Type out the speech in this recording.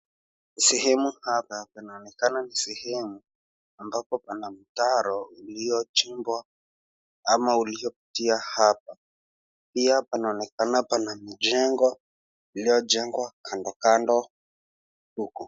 Sehemu hapa panaonekana ni sehemu ambapo pana mtaro iliyochimbwa ama ulioitia hapa pia panaonenakana pana mjengo iliyojengwa kando kando huku.